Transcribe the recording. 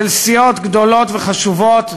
של סיעות גדולות וחשובות,